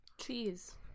Cheese